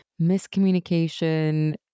miscommunication